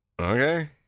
Okay